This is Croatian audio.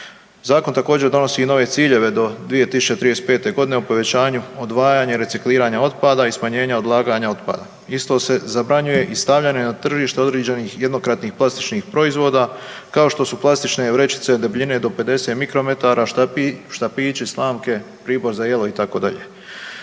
Zakon također donosi i nove ciljeve do 2035.g. o povećanju odvajanja i recikliranja otpada i smanjenja odlaganja otpada. Isto se zabranjuje i stavljanje na tržište određenih jednokratnih plastičnih proizvoda kao što su plastične vrećice debljine do 50 mikrometara, štapići, slamke, pribor za jelo itd.